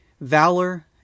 valor